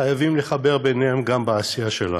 חייבים לחבר אותן גם בעשייה שלנו.